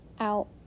out